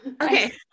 Okay